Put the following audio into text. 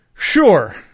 Sure